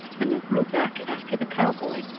and the gruagach after the cowboy,